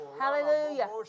Hallelujah